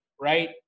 right